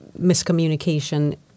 miscommunication